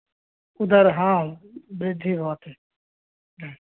उदरे हा वृद्धिः भवति